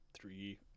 Three